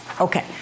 Okay